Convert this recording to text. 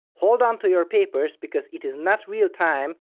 hold on to your papers, because it is not real time,